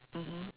mmhmm